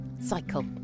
Cycle